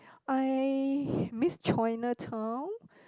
I miss Chinatown